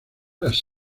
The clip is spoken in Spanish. las